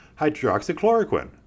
hydroxychloroquine